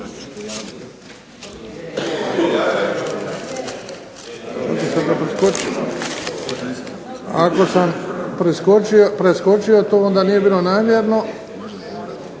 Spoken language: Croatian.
Ako sam preskočio to onda nije bilo namjerno.